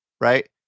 right